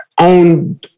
own